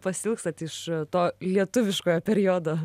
pasiilgstat iš to lietuviškojo periodo